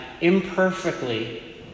imperfectly